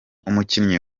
umukinnyi